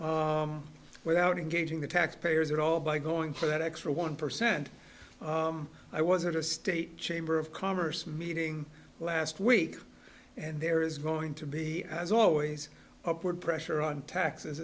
without engaging the taxpayers at all by going for that extra one percent i was at a state chamber of commerce meeting last week and there is going to be as always upward pressure on taxes